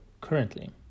currently